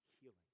healing